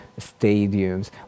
stadiums